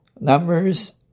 numbers